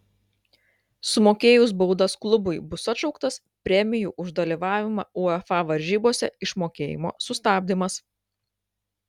sumokėjus baudas klubui bus atšauktas premijų už dalyvavimą uefa varžybose išmokėjimo sustabdymas